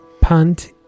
Pant